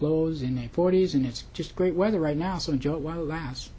close in the forty's and it's just great weather right now so enjoy it while last